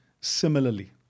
similarly